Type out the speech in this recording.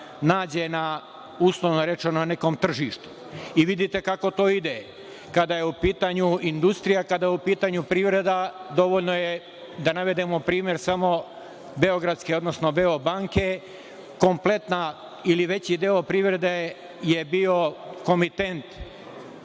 nađe na, uslovno rečeno, nekom tržištu. Vidite kako to ide. Kada je u pitanju industrija, kada je u pitanju privreda, dovoljno je da navedemo primer samo beogradske, odnosno „Beobanke“, kompletna ili veći deo privrede je bio komitent